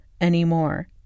anymore